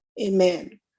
amen